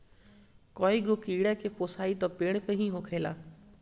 कईगो कीड़ा के पोसाई त पेड़ पे ही होखेला